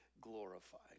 glorified